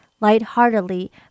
lightheartedly